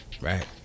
right